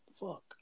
Fuck